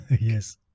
Yes